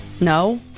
No